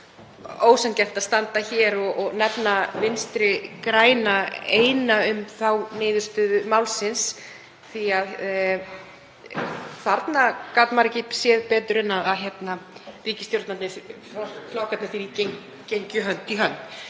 ósanngjarnt að standa hér og nefna Vinstri græn ein um þá niðurstöðu málsins því að þarna gat maður ekki séð betur en að ríkisstjórnarflokkarnir þrír gengju hönd í hönd.